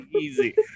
easy